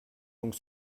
donc